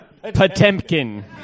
Potemkin